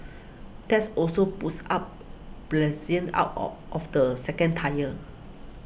that's also puts up out or of the second tier